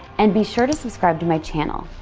and be sure to subscribe to my channel.